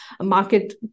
market